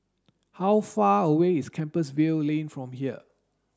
how far away is Compassvale Lane from here